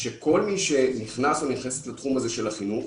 שכל מי שנכנס או נכנסת לתחום הזה של החינוך